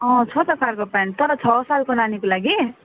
छ त cargo pant तर छ सालको नानीको लागि